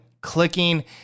clicking